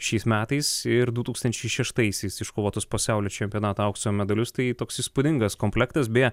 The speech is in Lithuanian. šiais metais ir du tūkstančiai šeštaisiais iškovotus pasaulio čempionato aukso medalius tai toks įspūdingas komplektas beje